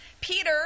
Peter